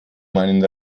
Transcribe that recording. meinen